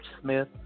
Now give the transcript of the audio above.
Smith